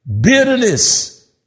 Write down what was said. bitterness